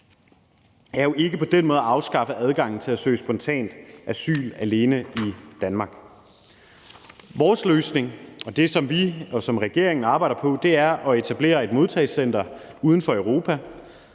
er jo ikke på den måde at afskaffe adgangen til at søge spontant asyl alene i Danmark. Vores løsning, og det, som vi og regeringen arbejder på, er at etablere et modtagecenter uden for Europa,